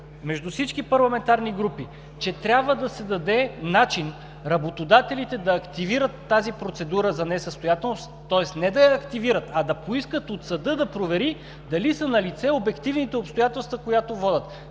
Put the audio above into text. между всички парламентарни групи, че трябва да се даде начин работодателите да активират тази процедура за несъстоятелност, тоест не да я активират, а да поискат от съда да провери дали са налице обективните обстоятелства, която водят,